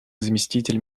заместитель